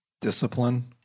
Discipline